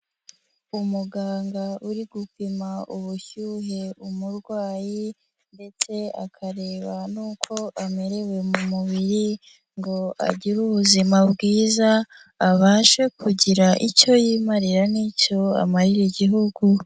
Umuganga uri gupima ubushyuhe umurwayi ndetse akareba n'uko amerewe mu mubiri ngo agire ubuzima bwiza, abashe kugira icyo yimarira n'icyo amarira igihugu.